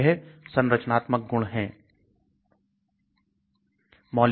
तो यह संरचनात्मक गुण क्या है